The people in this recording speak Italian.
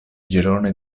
girone